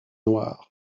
noire